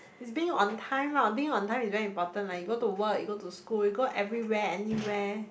it's being on time lah being on time is very important like you go to work you go to school you go everywhere anywhere